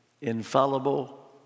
infallible